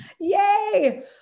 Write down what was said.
Yay